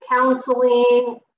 counseling